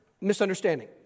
misunderstanding